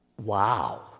wow